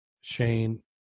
Shane